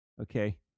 Okay